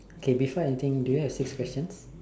okay before anything do you have six questions